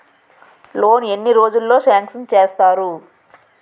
Loan ఎన్ని రోజుల్లో sanction చేస్తారు?